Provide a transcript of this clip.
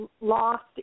lost